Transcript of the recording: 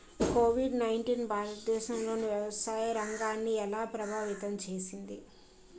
Covid nineteen భారతదేశంలోని వ్యవసాయ రంగాన్ని ఎలా ప్రభావితం చేస్తుంది?